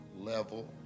level